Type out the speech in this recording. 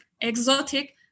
exotic